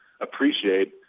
appreciate